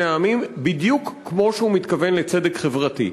העמים בדיוק כמו שהוא מתכוון לצדק חברתי,